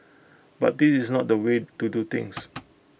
but this is not the way to do things